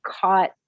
caught